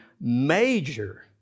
major